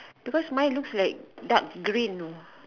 because mine looks like dark green